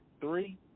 three